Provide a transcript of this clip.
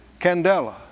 Candela